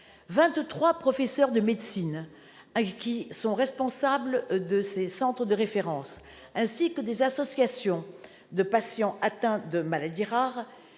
23 professeurs de médecine responsables de ces centres de référence, ainsi que des associations de patients atteints de maladies rares,